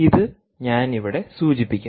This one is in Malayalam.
ഇത് ഞാൻ ഇവിടെ സൂചിപ്പിക്കും